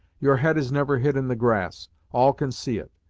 your head is never hid in the grass all can see it.